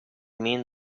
mean